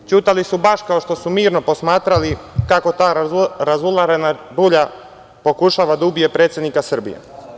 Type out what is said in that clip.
Ćutali su baš kao što su mirno posmatrali kako ta razularena rulja pokušava da ubije predsednika Srbije.